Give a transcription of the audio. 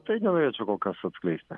tai nenorėčiau kol kas atskleisti